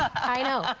i know.